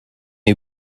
you